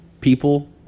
people